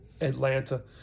Atlanta